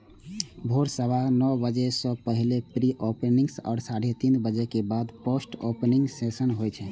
भोर सवा नौ बजे सं पहिने प्री ओपनिंग आ साढ़े तीन बजे के बाद पोस्ट ओपनिंग सेशन होइ छै